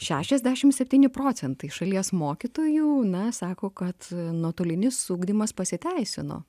šešiasdešimt septyni procentai šalies mokytojų na sako kad nuotolinis ugdymas pasiteisino